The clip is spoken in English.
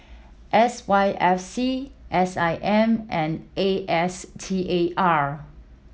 S Y F C S I M and A S T A R